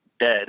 dead